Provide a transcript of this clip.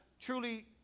truly